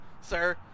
sir